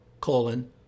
colon